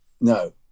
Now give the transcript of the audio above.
No